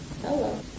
Hello